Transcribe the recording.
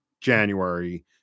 January